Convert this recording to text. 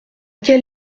quel